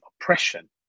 oppression